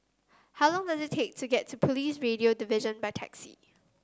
how long does it take to get to Police Radio Division by taxi